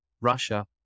Russia